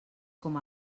com